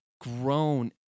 grown